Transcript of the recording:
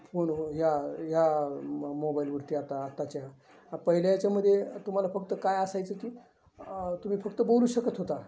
फोनवर ह्या ह्या मोबाईलवरती आता आत्ताच्या पहिल्या याच्यामध्ये तुम्हाला फक्त काय असायचं ती तुम्ही फक्त बोलू शकत होता